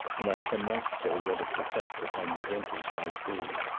and i cannot say what its effect upon the drinkers might be.